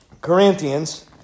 Corinthians